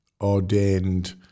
ordained